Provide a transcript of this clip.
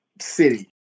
city